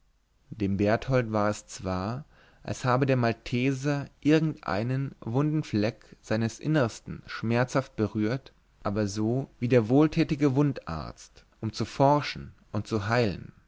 dem berthold war es zwar als habe der malteser irgend einen wunden fleck seines innersten schmerzhaft berührt aber so wie der wohltätige wundarzt um zu forschen und zu heilen